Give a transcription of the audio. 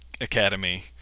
academy